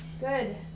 Good